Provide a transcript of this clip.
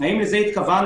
האם לזה התכוונו?